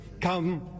come